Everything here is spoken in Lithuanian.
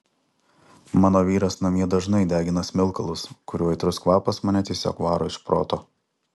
mano vyras namie dažnai degina smilkalus kurių aitrus kvapas mane tiesiog varo iš proto